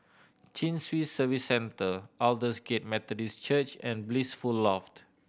Chin Swee Service Centre Aldersgate Methodist Church and Blissful Loft